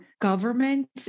government